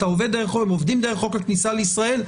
הם עובדים דרך חוק הכניסה לישראל,